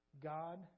God